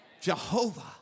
Jehovah